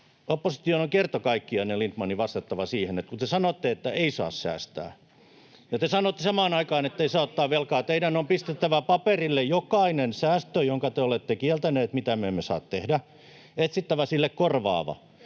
Lindtmanin on kerta kaikkiaan vastattava siihen, kun te sanotte, että ei saa säästää, ja te sanotte samaan aikaan, ettei saa ottaa velkaa. [Sosiaalidemokraattien ryhmästä: Ei sano!] Teidän on pistettävä paperille jokainen säästö, jonka te olette kieltäneet, mitä me emme saa tehdä, ja etsittävä sille korvaava,